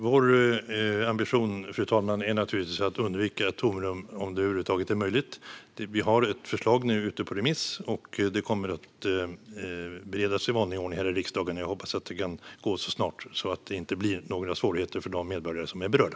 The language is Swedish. Fru talman! Vår ambition är naturligtvis att undvika ett tomrum, om det över huvud taget är möjligt. Vi har ett förslag som är ute på remiss, och det kommer att beredas här i riksdagen i vanlig ordning. Jag hoppas att det kan ske så snart som möjligt så att det inte blir några svårigheter för de medborgare som är berörda.